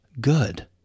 good